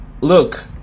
look